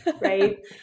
right